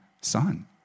son